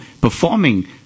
performing